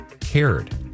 cared